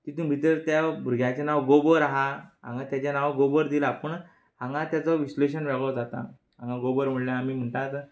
तितून भितर त्या भुरग्याचें नांव गोबोर आहा हांगा तेचें नांव गोबोर दिलां पूण हांगा तेचो विश्लेशण वेगळो जाता हांगा गोबोर म्हणल्यार आमी म्हणटात